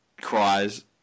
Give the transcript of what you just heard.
cries